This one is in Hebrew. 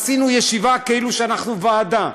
קיימנו ישיבה כאילו שאנחנו ועדה.